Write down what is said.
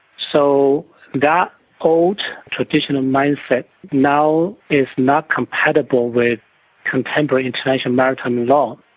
so that old traditional mindset now is not compatible with contemporary international maritime law.